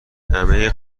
همه